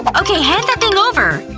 but okay, hand that thing over.